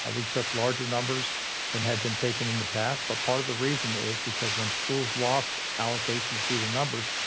ah we took larger numbers than had been taken in the past. but part of the reason is because when schools lost allocations due to numbers,